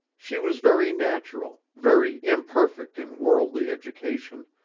she was very natural, very imperfect in worldly education,